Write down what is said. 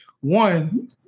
One